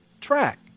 track